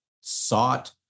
sought